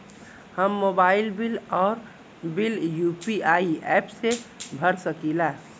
हम mobile bill और bill UPI app से भर सकिला